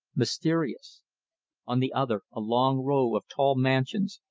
mysterious on the other a long row of tall mansions,